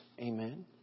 Amen